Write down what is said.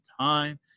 time